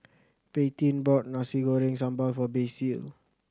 Paityn bought Nasi Goreng Sambal for Basil